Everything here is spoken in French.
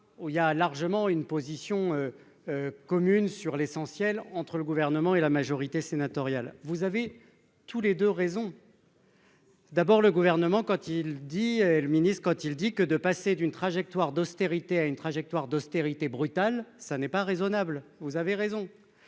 où il y a largement une position commune sur l'essentiel entre le gouvernement et la majorité sénatoriale, vous avez tous les 2 raison. D'abord le gouvernement quand il dit le ministre-quand il dit que de passer d'une trajectoire d'austérité à une trajectoire d'austérité brutal, ça n'est pas raisonnable, vous avez raison,